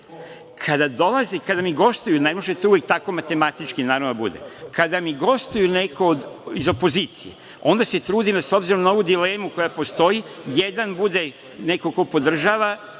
Kada dolaze i kada mi gostuju, ne možete uvek tako matematički, naravno, da bude, kada mi gostuju neko iz opoziciji onda se trudim da, s obzirom na ovu dilemu koja postoji, jedan bude neko ko podržava